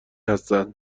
هستن